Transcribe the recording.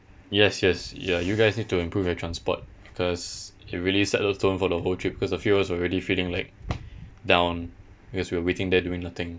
yes yes ya you guys need to improve your transport because it really set the tone for the whole trip because a few of us were already feeling like down because we were waiting there doing nothing